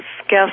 guest